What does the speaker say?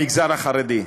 במגזר החרדי,